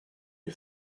you